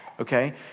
Okay